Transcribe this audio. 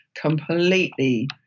completely